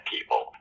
people